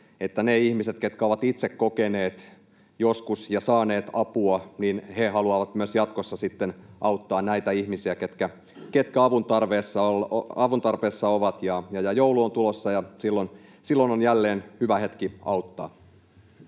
että ne ihmiset, ketkä ovat itse joskus saaneet apua, haluavat sitten jatkossa auttaa näitä ihmisiä, ketkä avun tarpeessa ovat. Joulu on tulossa, ja silloin on jälleen hyvä hetki auttaa.